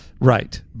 Right